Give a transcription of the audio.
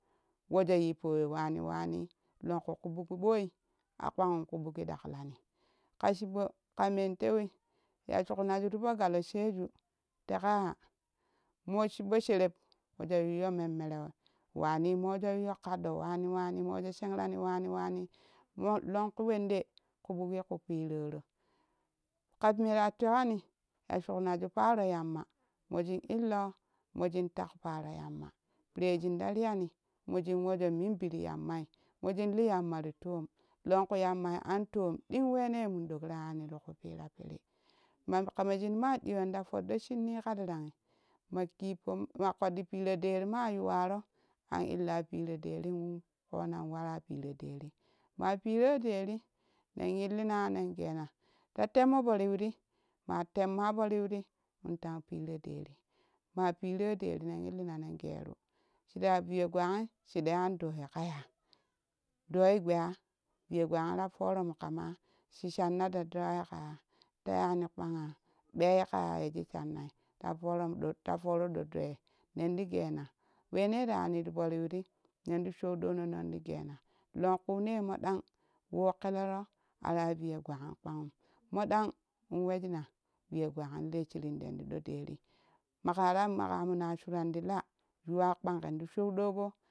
Wojo yippowe wani wani longku kubak ɓoi a kpanm kuu ɓug ɗaklani ka chibo kaman tewi ya shuknaju ji po galo sheju teƙa yaa moo chibo sherib woo yuyyo memmore wani mo wojo yuyyo ƙadɗo wani-wani moo wojo shengrani wani wani moo longku wende ku ɓukiye kui piiroro ka mera tewani ya shuk naju paaro yamma mojin illa mojin teek paaro yamma pire shin ta riiyani moshin wojo nimbiti yammai mojin lii yammati tom longku yammai antom ɗing wene munɗok ra zani tiku piira piiri ma kamashun ma ɗiyon ta todɗo shinni ka darang ma kiribpo maa ƙoddi pero det ma yuwaro an illa pero deren konan wara piiro deri maa piiro deru nen illina nen gena ta temmo poo riwiri maa temma poo riwirit in teng piiro deri ma piiro det nan illina nen geru shiraya viye gwan ɗenan doi ka zaa? Doi gbee? Viye gwami ta foora mu kama? Shi shanna daddawai ka yaa ta yani kpanya ɓeei ƙa ya yeji shannai ta toro ɗo doii nenti gena wene ra zani tipo riwirit nenti show ɗoona nenti gena langkune moɗan wo ƙelero ara ya viye gwani kpanin modanin wajina viye gwain leshirinden tiɗo deri makara maka mona suran ti laa yuwa kpan kenti show ɗogo